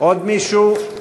עוד מישהו?